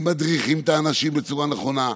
אם מדריכים את האנשים בצורה נכונה.